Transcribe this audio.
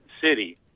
City